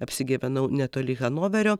apsigyvenau netoli hanoverio